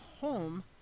home